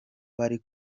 bari